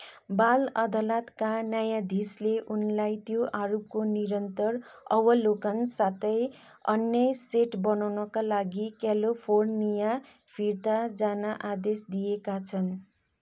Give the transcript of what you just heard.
बाल अदालतका न्यायाधीशले उनलाई त्यो आरोपको निरन्तर अवलोकन साथै अन्य सेट बनाउनका लागि क्यालिफोर्निया फिर्ता जान आदेश दिएका छन्